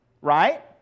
Right